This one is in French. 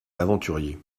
aventurier